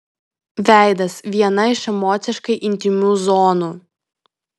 veidas viena iš emociškai intymių zonų